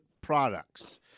products